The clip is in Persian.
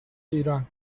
ایران